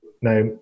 now